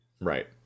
Right